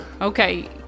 Okay